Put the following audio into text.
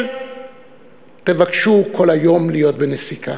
אל תבקשו כל היום להיות בנסיקה,